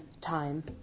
time